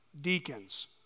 deacons